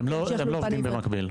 הם לא עובדים במקביל?